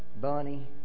Bunny